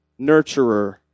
nurturer